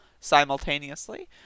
simultaneously